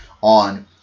on